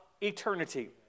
eternity